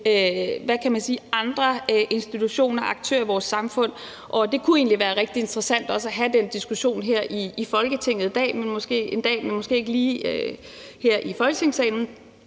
overlader til andre institutioner og aktører i vores samfund. Og det kunne egentlig være rigtig interessant også at have den diskussion her i Folketinget en dag, måske ikke lige her i Folketingssalen,